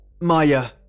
Maya